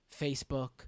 Facebook